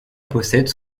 possède